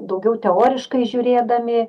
daugiau teoriškai žiūrėdami